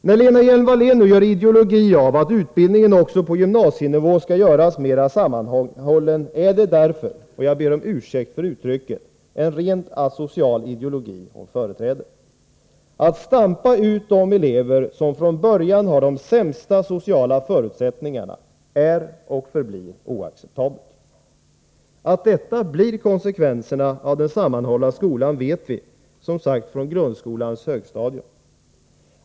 När Lena Hjelm-Wallén nu gör ideologi av att utbildningen också på gymnasienivå måste göras mer sammanhållen, är det därför — jag ber om ursäkt för uttrycket — en rent asocial ideologi hon företräder. Att stampa ut de elever som från början har de sämsta sociala förutsättningarna är och förblir oacceptabelt. Att detta blir konsekvenserna av den sammanhållna skolan vet vi som sagt från grundskolans högstadium.